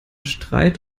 streit